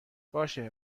باشه